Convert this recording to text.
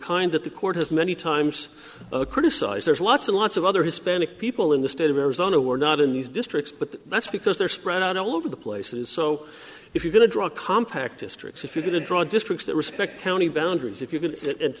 kind that the court has many times a criticize there's lots and lots of other hispanic people in the state of arizona we're not in these districts but that's because they're spread out all over the places so if you're going to draw a compact districts if you're going to draw districts that respect county boundaries if you